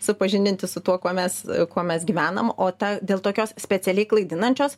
supažindinti su tuo kuo mes kuo mes gyvenam o ta dėl tokios specialiai klaidinančios